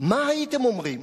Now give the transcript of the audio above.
מה הייתם אומרים